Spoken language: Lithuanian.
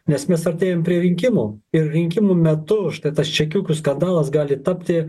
nes mes artėjam prie rinkimų ir rinkimų metu štai tas čekiukų skandalas gali tapti